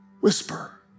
whisper